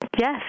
yes